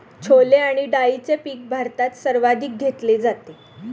छोले आणि डाळीचे पीक भारतात सर्वाधिक घेतले जाते